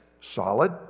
Solid